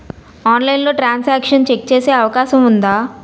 ఆన్లైన్లో transaction check చేసే అవకాశం ఉందా?